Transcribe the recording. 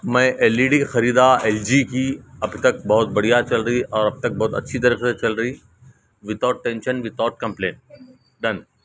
میں L E D خریدا L G کی ابھی تک بہت بڑھیا چل رہی اور ابھی تک بہت اچھی طرح سے چل رہی without tension without complaint done